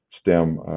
STEM